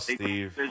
Steve